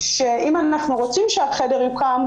שאם אנחנו רוצים שהחדר יוקם,